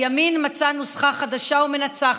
הימין מצא נוסחה חדשה ומנצחת: